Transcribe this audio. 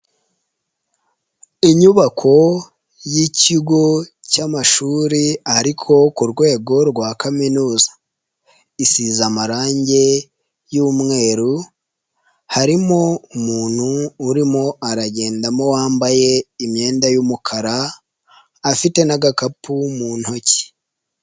Inyubako y'ikigo cy'amashuri ariko ku rwego rwa kaminuza. Isize amarangi y'umweru, harimo umuntu urimo aragendamo wambaye imyenda y'umukara, afite n'agakapu mu ntoki.